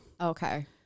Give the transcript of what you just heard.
Okay